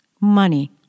Money